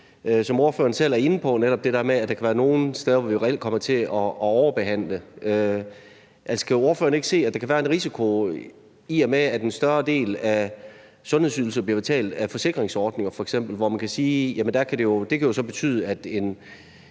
på, netop det der med, at der kan være nogle steder, hvor vi reelt kommer til at overbehandle. Altså, kan ordføreren ikke se, at der kan være en risiko, i og med at en større del af sundhedsydelserne bliver betalt af f.eks. forsikringsordninger? Det kan jo så betyde, at en